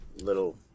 Little